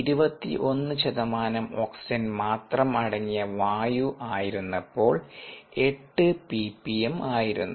21 ശതമാനം ഓക്സിജൻ മാത്രം അടങ്ങിയ വായു ആയിരുന്നപ്പോൾ 8 പിപിഎം ആയിരുന്നു